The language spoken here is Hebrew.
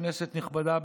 כנסת נכבדה,